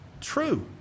true